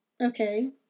okay